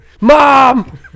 Mom